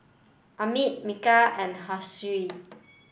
Amit Milkha and